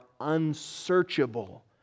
unsearchable